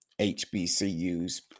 HBCUs